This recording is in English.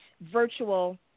virtual